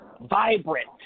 vibrant